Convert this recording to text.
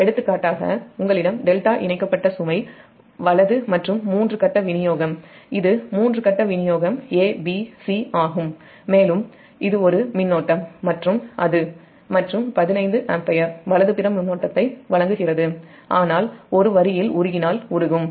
எடுத்துக்காட்டாக உங்களிடம் டெல்டா வலது இணைக்கப்பட்ட சுமை மற்றும் மூன்று கட்ட விநியோகம் a b c ஆகும் மேலும் இது ஒரு மின்னோட்டம் மற்றும் அது 15 ஆம்பியர் வலதுபுற மின்னோட்டத்தை வழங்குகிறது ஆனால் ஒரு வரியில் உருகினால் உருகும்